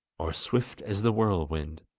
or swift as the whirlwind